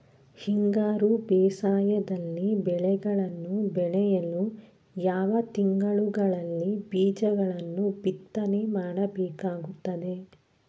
ಹಿಂಗಾರು ಬೇಸಾಯದಲ್ಲಿ ಬೆಳೆಗಳನ್ನು ಬೆಳೆಯಲು ಯಾವ ತಿಂಗಳುಗಳಲ್ಲಿ ಬೀಜಗಳನ್ನು ಬಿತ್ತನೆ ಮಾಡಬೇಕಾಗುತ್ತದೆ?